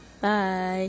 Bye